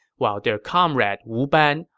while their comrade wu ban,